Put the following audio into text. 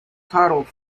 titled